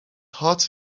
هات